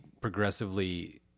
progressively